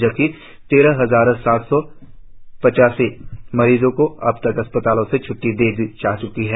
जबकि तेरह हजार सात तो पचासी मरीज को अबतक अस्पतालों से छ्ट्टी दी जा च्की है